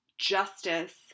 Justice